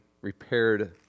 repaired